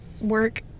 work